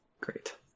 Great